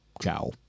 Ciao